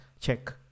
check